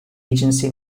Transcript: agency